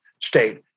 state